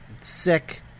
sick